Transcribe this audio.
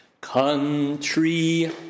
Country